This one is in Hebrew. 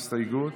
הסתייגות.